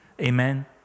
amen